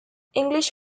english